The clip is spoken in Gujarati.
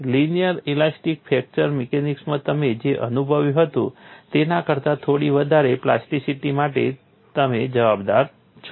લિનિયર ઇલાસ્ટિક ફ્રેક્ચર મિકેનિક્સમાં તમે જે અનુભવ્યું હતું તેના કરતા થોડી વધારે પ્લાસ્ટિસિટી માટે તમે જવાબદાર છો